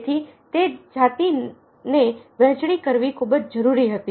તેથી તે જાતિ ની વહેચણી કરવી ખૂબ જ જરૂરી હતી